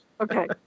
Okay